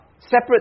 Separate